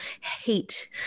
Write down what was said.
hate